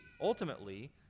ultimately